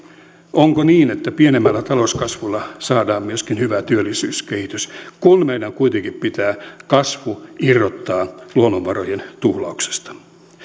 onko niin että pienemmällä talouskasvulla saadaan myöskin hyvä työllisyyskehitys kun meidän kuitenkin pitää kasvu irrottaa luonnonvarojen tuhlauksesta